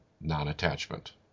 non-attachment